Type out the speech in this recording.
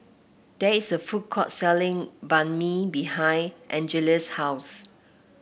there is a food court selling Banh Mi behind Angeles' house